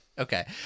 Okay